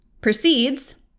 proceeds